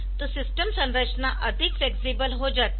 तो सिस्टम संरचना अधिक फ्लेक्सिबल हो जाती है